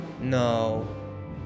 No